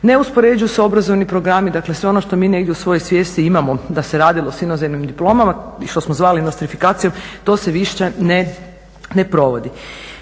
Ne uspoređuju se obrazovni programi, dakle sve ono što mi negdje u svojoj svijesti imamo da se radilo s inozemnim diplomama i što smo zvali …, to se više ne provodi.